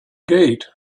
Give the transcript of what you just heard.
gate